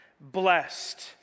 blessed